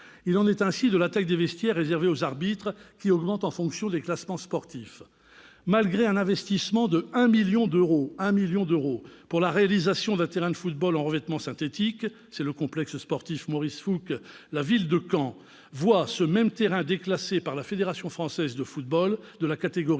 Il en est ainsi de la taille des vestiaires réservés aux arbitres, qui augmente en fonction du classement sportif. Malgré un investissement de 1 million d'euros pour la réalisation d'un terrain de football en revêtement synthétique dans son complexe sportif Maurice-Fouque, la ville de Caen voit ce même terrain déclassé par la Fédération française de football de la catégorie